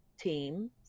team